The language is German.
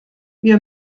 wir